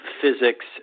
physics